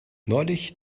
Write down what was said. neulich